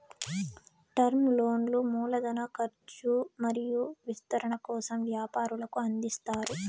term లోన్లు మూల ధన కర్చు మరియు విస్తరణ కోసం వ్యాపారులకు అందిస్తారు